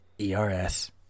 E-R-S